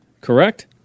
correct